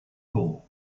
pool